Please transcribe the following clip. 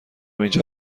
اینجا